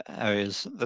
areas